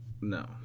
No